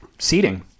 Seating